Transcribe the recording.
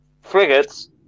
frigates